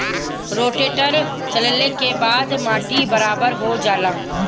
rotator चलले के बाद माटी बराबर हो जाला